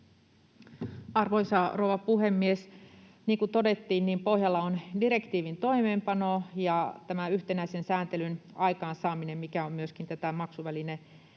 Arvoisa rouva puhemies! Niin kuin todettiin, niin pohjalla on direktiivin toimeenpano ja tämä yhtenäisen sääntelyn aikaan saaminen, mikä on myöskin maksuvälinepetoksia